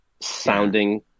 sounding